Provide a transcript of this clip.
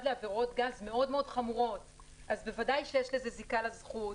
לעבירות גז מאוד חמורות בוודאי יש לזה זיקה לזכות,